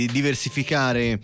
diversificare